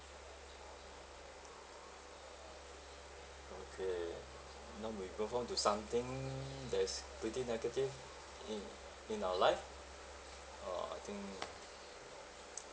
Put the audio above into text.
okay now we move on to something that's pretty negative in in our life uh I think